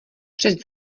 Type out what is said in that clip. před